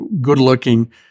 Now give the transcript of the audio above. good-looking